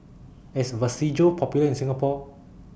IS Vagisil Popular in Singapore